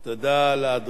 תודה לאדוני.